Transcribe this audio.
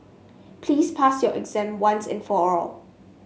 please pass your exam once and for all